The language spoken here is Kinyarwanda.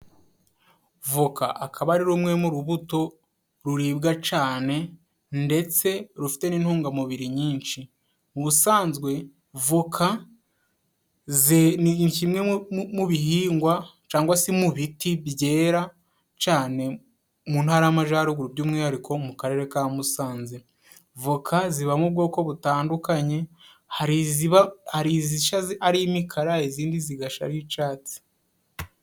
Voka akaba ari rumwe mu rubuto ruribwa cane ndetse rufite n'intungamubiri nyinshi. Mu busanzwe, voka ni kimwe mu bihingwa cangwa se mu biti byera cane mu Ntara y'Amajaruguru by'umwihariko mu karere ka Musanze. Voka zibamo ubwoko butandukanye, hari iziba hari izisha ari imikara izindi zigasha ari icatsi.